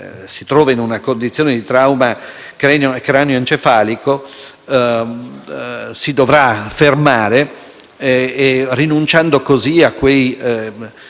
si trova in condizione di trauma cranio-encefalico, si dovrà fermare, rinunciando così a quei